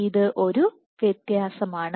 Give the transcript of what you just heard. ഇത് ഒരു വ്യത്യാസമാണ്